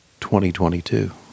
2022